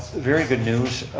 very good news.